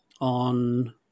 on